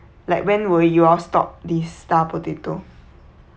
like when will you all stop this star potato